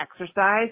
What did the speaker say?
exercise